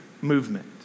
movement